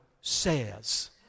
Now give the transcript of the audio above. says